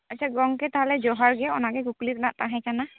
ᱟᱪᱪᱷᱟ ᱜᱚᱢᱠᱮ ᱛᱟᱦᱚᱞᱮ ᱡᱚᱦᱟᱨ ᱜᱮ ᱚᱱᱟ ᱜᱮ ᱠᱩᱠᱞᱤ ᱨᱮᱱᱟᱜ ᱛᱟᱦᱮᱸ ᱠᱟᱱᱟ